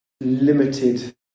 limited